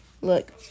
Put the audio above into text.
look